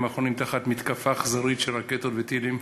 האחרונים תחת מתקפה אכזרית של רקטות וטילים.